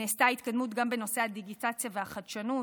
נעשתה התקדמות גם בנושא הדיגיטציה והחדשנות,